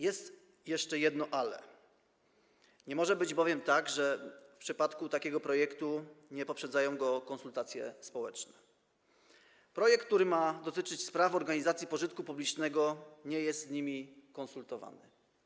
Jest jeszcze jedno „ale” - nie może być tak, że w przypadku takiego projektu nie poprzedzają go konsultacje społeczne, że projekt, który ma dotyczyć spraw organizacji pożytku publicznego, nie jest z nimi konsultowany.